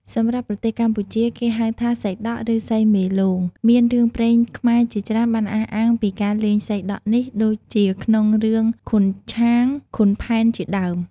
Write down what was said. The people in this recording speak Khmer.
សម្រាប់ប្រទេសកម្ពុជាគេហៅថាសីដក់ ឬ សីមេលោង មានរឿងព្រេងខ្មែរជាច្រើនបានអះអាងពីការលេងសីដក់នេះដូចជាក្នុង រឿងឃុនឆាង-ឃុនផែនជាដើម។